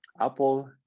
apple